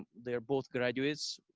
they're both graduates,